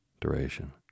duration